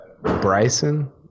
Bryson